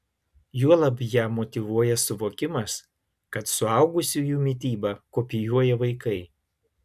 juolab ją motyvuoja suvokimas kad suaugusiųjų mitybą kopijuoja vaikai